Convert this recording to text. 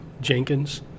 Jenkins